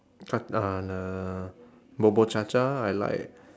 uh the bubur cha cha I like